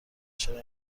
چرا